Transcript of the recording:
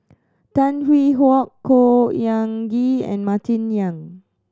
Tan Hwee Hock Khor Ean Ghee and Martin Yan